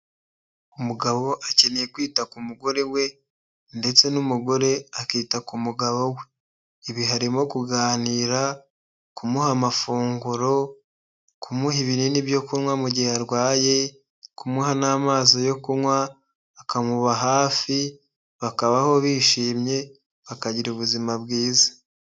Umugabo akeneye kwita ku mugore we ndetse n'umugore akita ku mugabo we. Ibi harimo: kuganira ,kumuha ,amafunguro ,kumuha ibinini byo kunywa mu gihe arwaye, kumuha n'amazi yo kunywa akamuba hafi, bakabaho bishimye bakagira ubuzima bwiza.